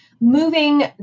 moving